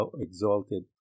exalted